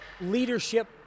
leadership